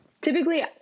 Typically